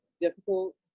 difficult